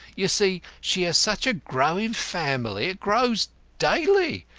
you see she has such a growing family. it grows daily.